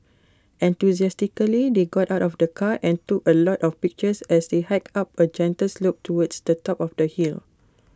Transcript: enthusiastically they got out of the car and took A lot of pictures as they hiked up A gentle slope towards the top of the hill